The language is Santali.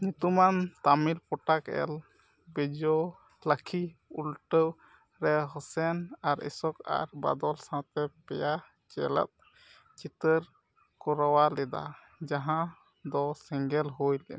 ᱧᱩᱛᱩᱢᱟᱱ ᱛᱟᱹᱢᱤᱞ ᱯᱳᱴᱟᱠ ᱮᱞ ᱵᱤᱡᱳᱞᱟᱠᱷᱤ ᱩᱞᱴᱟᱹᱣ ᱨᱮ ᱦᱩᱥᱮᱱ ᱟᱨ ᱤᱥᱳᱠ ᱟᱨ ᱵᱟᱫᱚᱞ ᱥᱟᱶᱛᱮ ᱯᱮᱭᱟ ᱪᱚᱞᱚᱛ ᱪᱤᱛᱟᱹᱨ ᱠᱚᱨᱟᱣ ᱞᱮᱫᱟ ᱡᱟᱦᱟᱸ ᱫᱚ ᱥᱮᱸᱜᱮᱞ ᱦᱩᱭ ᱞᱮᱱᱟ